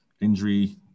injury